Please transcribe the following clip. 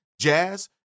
Jazz